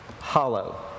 hollow